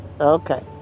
okay